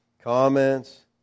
comments